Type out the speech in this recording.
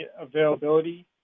availability